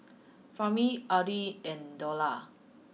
Fahmi Adi and Dollah